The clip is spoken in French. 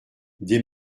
des